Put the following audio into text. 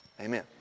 Amen